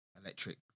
electric